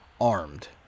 armed